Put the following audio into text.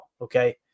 Okay